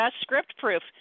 script-proof